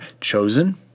chosen